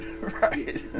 Right